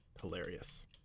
hilarious